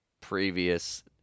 previous